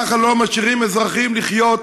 ככה לא משאירים אזרחים לחיות,